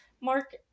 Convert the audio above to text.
mark